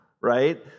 right